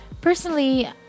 Personally